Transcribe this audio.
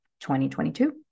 2022